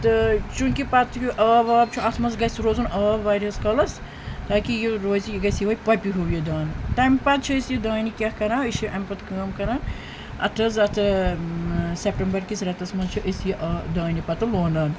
تہٕ چوٗنٛکہِ پَتہٕ یہِ آب واب چھُ اَتھ منٛز گژھہِ روزُن آب واریاہَس کالَس تاکہِ یہِ روزِ یہِ گژھہِ یِہوے پَپہِ ہیٛو یہِ دانہِ تَمہِ پَتہٕ چھِ أسۍ یہِ دانہِ کیٛاہ کَران أسۍ چھِ اَمہِ پَتہٕ کٲم کَران اَتھ حظ اَتھ ٲں سیٚپٹمبَر کِس ریٚتَس منٛز چھِ أسۍ یہِ آ دانہِ پَتہٕ لونان